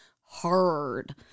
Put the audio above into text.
hard